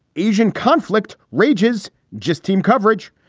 asian conflict rages, just team coverage.